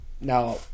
Now